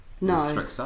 no